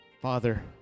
Father